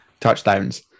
Touchdowns